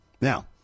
Now